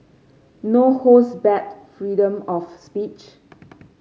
no holds barred freedom of speech